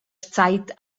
zeit